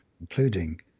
including